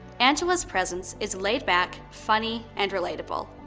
angela's presence is laid back, funny and relatable.